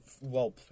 well-